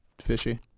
fishy